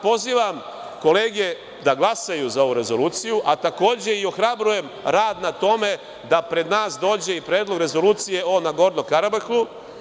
Pozivam kolege da glasaju za ovu rezoluciju, a takođe i ohrabrujem rad na tome da pred nas dođe i Predlog rezolucije o Nagorno Karabahu.